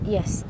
Yes